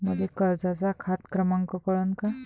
मले कर्जाचा खात क्रमांक कळन का?